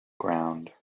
ground